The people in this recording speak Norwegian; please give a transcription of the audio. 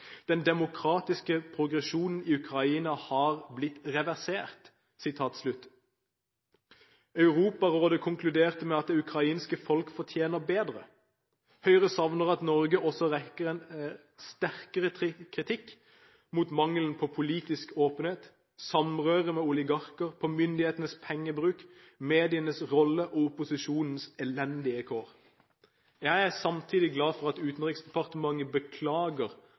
den demokratiske progresjonen i Ukraina er blitt reversert. Europarådet konkluderte med at det ukrainske folk fortjener bedre. Høyre savner at Norge også retter en sterkere kritikk mot mangelen på politisk åpenhet, samrøre med oligarker, myndighetenes pengebruk, medienes rolle og opposisjonens elendige kår. Jeg er samtidig glad for at Utenriksdepartementet beklager